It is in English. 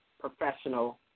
professional